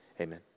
amen